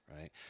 right